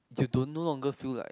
you don't no longer feel like